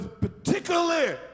particularly